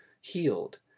healed